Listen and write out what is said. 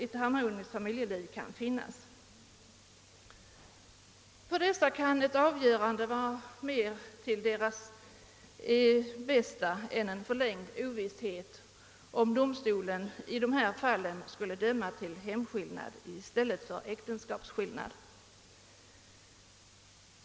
För sådana barn kan ett avgörande vara mera till deras bästa än en förlängd ovisshet, om domstolen skulle döma till hemskillnad i stället för äktenskapsskillnad.